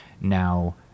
Now